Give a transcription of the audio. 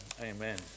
Amen